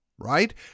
Right